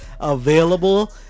available